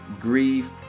grief